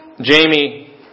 Jamie